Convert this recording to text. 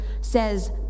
says